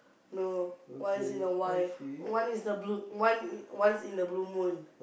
no once in a while once in a blue one once in a blue moon